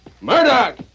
Murdoch